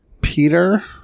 Peter